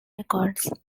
records